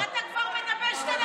אתה כבר מדבר שתי דקות אחרי.